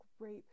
great